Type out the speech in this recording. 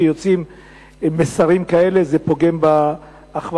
כשיוצאים מסרים כאלה זה פוגם באחווה.